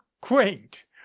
quaint